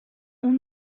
اون